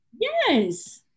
Yes